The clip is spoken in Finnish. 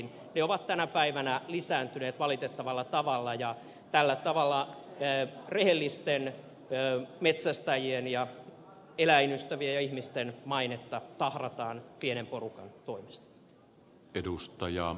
ne ovat tänä päivänä lisääntyneet valitettavalla tavalla ja tällä tavalla rehellisten metsästäjien ja eläinten ystävien mainetta tahrataan pienen porukan toimesta